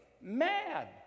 mad